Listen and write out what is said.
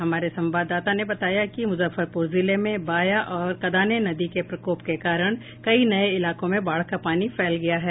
हमारे संवाददाता ने बताया कि मुजफ्फरपुर जिले में बाया और कदाने नदी के प्रकोप के कारण कई नये इलाकों में बाढ़ का पानी फैल गया है